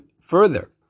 further